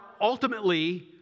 ultimately